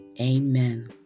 Amen